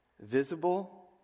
visible